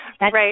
Right